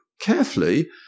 carefully